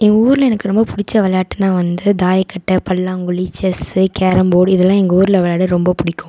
எங்கள் ஊரில் எனக்கு ரொம்ப பிடிச்ச விளாட்டுனால் வந்து தாயக்கட்டை பல்லாங்குழி செஸ்ஸு கேரம் போர்டு இதெல்லாம் எங்கள் ஊரில் விளாட ரொம்ப பிடிக்கும்